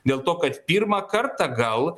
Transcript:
dėl to kad pirmą kartą gal